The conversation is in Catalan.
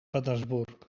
petersburg